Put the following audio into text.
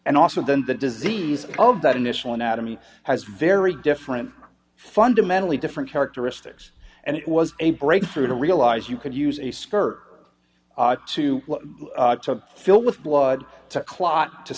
and also then the disease of that initial anatomy has very different fundamentally different characteristics and it was a breakthrough to realize you could use a skirt ought to fill with blood to clot to